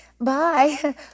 bye